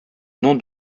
nom